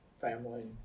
family